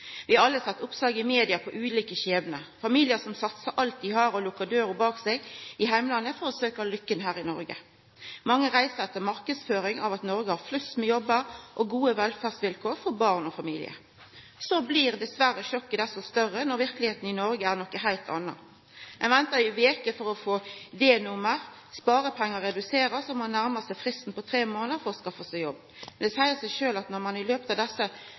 Vi har alle sett oppslag i media om ulike skjebnar: familiar som satsar alt dei har, og lukkar døra bak seg i heimlandet for å søkja lykka her i Noreg. Mange reiser etter marknadsføring om at Noreg har flust med jobbar og gode velferdsvilkår for barn og familiar. Så blir dessverre sjokket desto større når verkelegheita i Noreg er noko heilt anna. Ein ventar i veker for å få D-nummer, sparepengar blir reduserte, og ein nærmar seg fristen på tre månader for å skaffa seg jobb. Det seier seg sjølv at når ein i løpet av desse